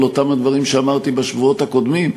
אותם הדברים שאמרתי בשבועות הקודמים,